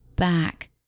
back